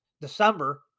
December